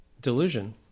Delusion